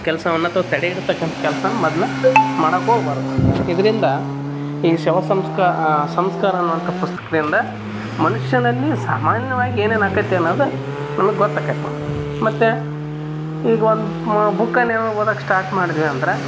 ಕೆಲ್ಸವನ್ನು ಅಥ್ವ ತಡೆ ಇಡ್ತಾಕಂಥ ಕೆಲ್ಸವನ್ನು ಮೊದ್ಲು ಮಾಡೋಕೋಗ್ಬಾರ್ದ್ ಇದರಿಂದ ಈ ಶವ ಸಂಸ್ಕ ಸಂಸ್ಕಾರ ಅನ್ನೋವಂಥ ಪುಸ್ತಕದಿಂದ ಮನುಷ್ಯನಲ್ಲಿ ಸಾಮಾನ್ಯವಾಗಿ ಏನೇನು ಆಕತಿ ಅನ್ನೋದ್ ನಮ್ಗೆ ಗೊತ್ತಾಕತ್ತಿ ಮತ್ತು ಈಗ ಒಂದು ಮ ಬುಕ್ಕನ್ ಯಾವಾಗ ಓದೋಕ್ ಸ್ಟಾರ್ಟ್ ಮಾಡಿದ್ವಿ ಅಂದ್ರೆ